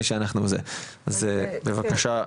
ענבר, בבקשה.